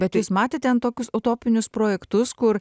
bet jūs matėt ten tokius utopinius projektus kur